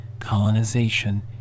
colonization